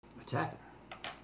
Attack